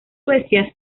suecia